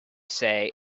say